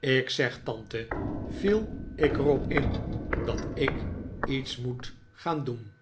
ik zeg tante viel ik er op in dat ik iets moet gaan doen